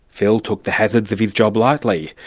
phil took the hazards of his job lightly,